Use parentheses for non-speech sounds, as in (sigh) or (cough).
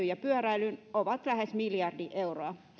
(unintelligible) ja pyöräilyyn ovat lähes miljardi euroa